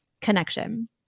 connection